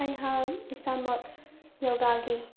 ꯑꯩꯍꯥꯛ ꯏꯁꯥꯃꯛ ꯌꯣꯒꯥꯒꯤ